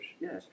yes